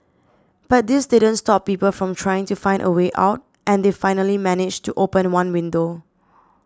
but this didn't stop people from trying to find a way out and they finally managed to open one window